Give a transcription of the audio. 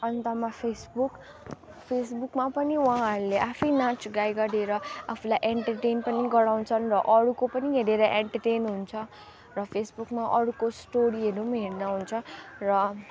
अन्तमा फेसबुक फेसबुकमा पनि उहाँहरूले आफै नाच गाई गरेर आफूलाई एन्टरटेन पनि गराउँछन् र अरूको पनि हेरेर एन्टरटेन हुन्छ र फेसबुकमा अरूको स्टोरीहरू हेर्दा हुन्छ र